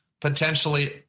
potentially